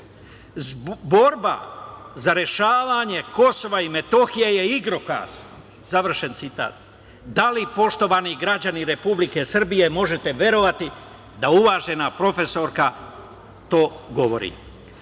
borba za rešavanje Kosova i Metohije je igrokaz“. Završen citat. Da li poštovani građani Republike Srbije možete verovati da uvažena profesorka to govori. Da